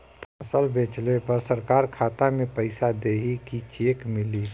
फसल बेंचले पर सरकार खाता में पैसा देही की चेक मिली?